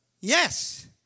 Yes